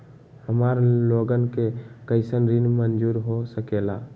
हमार लोगन के कइसन ऋण मंजूर हो सकेला?